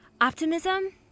optimism